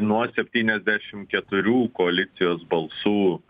nuo septyniasdešim keturių koalicijos balsų